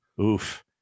Oof